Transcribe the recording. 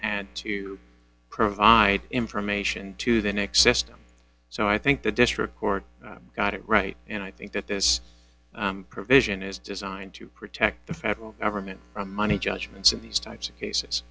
and to provide information to the next system so i think the district court got it right and i think that this provision is designed to protect the federal government from money judgments in these types of cases